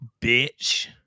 bitch